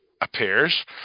appears